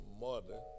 mother